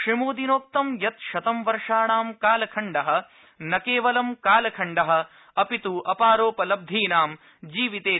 श्रीमोदिनोक्तं यत् शतं वर्षाणां कालखण्ड न केवलं कालखण्ड अपित् अपारोपलब्धीनां जीवन्तेतिहास विद्यते